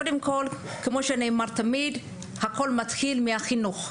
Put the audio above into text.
קודם כל כמו שנאמר, תמיד הכול מתחיל מהחינוך.